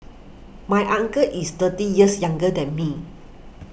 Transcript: my uncle is thirty years younger than me